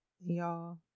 y'all